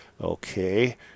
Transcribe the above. Okay